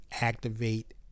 activate